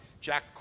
Jack